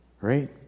Right